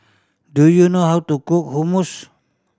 do you know how to cook Hummus